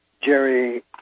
Jerry